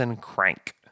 Crank